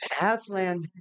Aslan